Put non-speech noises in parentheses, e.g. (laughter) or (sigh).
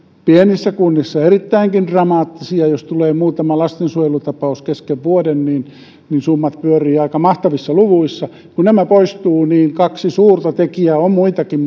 pienissä kunnissa erittäinkin dramaattisia jos tulee muutama lastensuojelutapaus kesken vuoden niin niin summat pyörivät aika mahtavissa luvuissa kun nämä poistuvat niin kaksi suurta tekijää on muitakin (unintelligible)